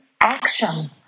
action